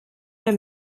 der